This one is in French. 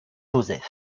joseph